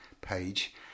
page